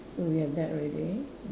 so we have that already